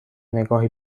نگاهی